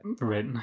Right